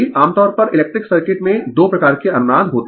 आमतौर पर electric circuit में 2 प्रकार के अनुनाद होते है